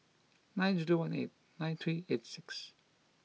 nine zero one eight nine three eight six